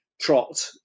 trot